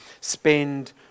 spend